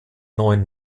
neuen